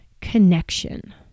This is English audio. connection